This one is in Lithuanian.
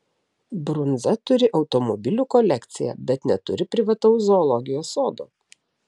brunza turi automobilių kolekciją bet neturi privataus zoologijos sodo